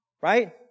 Right